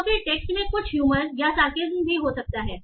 तो फिर टेक्स्ट में कुछ ह्यूमर या सार्केज्म भी हो सकता है